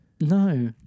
No